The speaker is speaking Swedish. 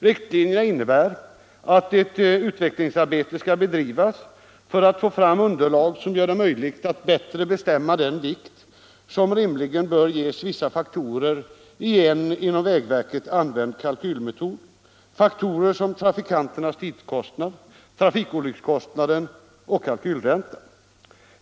Riktlinjerna innebär att ett utvecklingsarbete skall bedrivas för att få fram underlag som gör det möjligt att bättre bestämma den vikt som rimligen bör läggas på vissa faktorer i en inom vägverket använd kalkylmetod, faktorer som 99 trafikanternas tidkostnad, trafikolyckskostnaden och kalkylräntan.